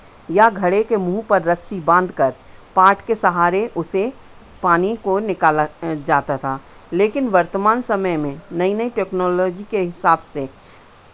या घड़े के मुँह पर रस्सी बांधकर पाट के सहारे उसे पानी को निकाला जाता था लेकिन वर्तमान समय में नई नई टेक्नोलॉजी के हिसाब से